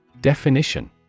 Definition